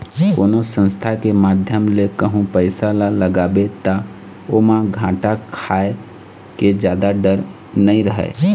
कोनो संस्था के माध्यम ले कहूँ पइसा ल लगाबे ता ओमा घाटा खाय के जादा डर नइ रहय